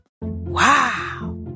Wow